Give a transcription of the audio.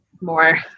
more